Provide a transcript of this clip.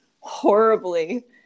horribly